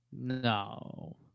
No